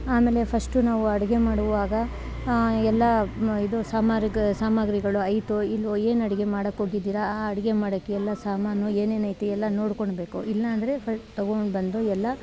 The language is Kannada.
ಆಮೇಲೆ ಫಶ್ಟು ನಾವು ಅಡುಗೆ ಮಾಡುವಾಗ ಆಂ ಎಲ್ಲ ಇದು ಸಮಾರ್ಗ ಸಾಮಗ್ರಿಗಳು ಐತೊ ಇಲ್ವೋ ಏನು ಅಡಿಗೆ ಮಾಡೋಕ್ಕೆ ಹೋಗಿದ್ದೀರಿ ಆ ಅಡುಗೆ ಮಾಡೋಕ್ಕೆ ಎಲ್ಲ ಸಾಮಾನು ಏನೇನು ಐತಿ ಎಲ್ಲ ನೋಡ್ಕೋಳ್ಬೇಕು ಇಲ್ಲಾಂದ್ರೆ ಫ ತೊಗೊಂಡ್ಬಂದು ಎಲ್ಲ